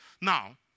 now